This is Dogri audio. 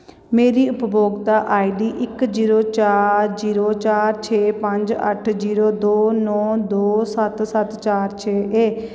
मेरी उपभोक्ता आईडी इक जीरो चार जीरो चार छे पंज अट्ठ जीरो दो नौ दो सत्त सत्त चार छे ऐ